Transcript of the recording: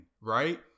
right